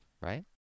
right